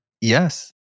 Yes